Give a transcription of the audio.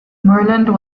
moorland